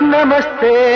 Namaste